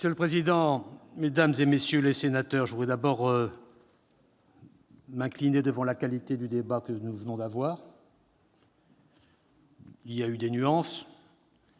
Monsieur le président, mesdames, messieurs les sénateurs, permettez-moi d'abord de m'incliner devant la qualité du débat que nous venons d'avoir. Il y a eu des nuances,